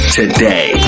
today